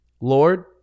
Lord